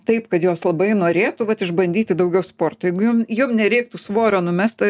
taip kad jos labai norėtų vat išbandyti daugiau sporto jeigu jom jom nereiktų svorio numest